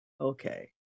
Okay